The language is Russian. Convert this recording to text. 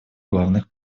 главных